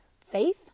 faith